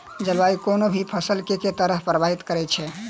जलवायु कोनो भी फसल केँ के तरहे प्रभावित करै छै?